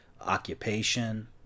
occupation